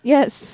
Yes